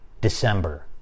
December